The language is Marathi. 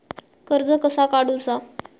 कर्ज कसा काडूचा?